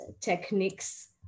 techniques